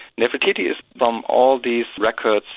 nefertiti is from all these records,